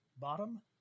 bottom